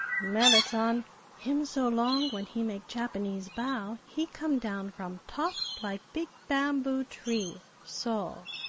merrit san him so long when he make japanese bow he come down from top like big bamboo-tree so!